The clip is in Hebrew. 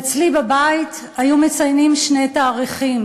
אצלי בבית היו מציינים שני תאריכים,